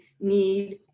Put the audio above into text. need